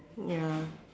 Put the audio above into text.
ya